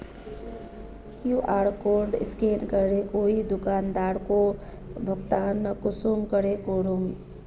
QR code scan करे कोई दुकानदारोक भुगतान कुंसम करे करूम?